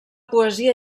poesia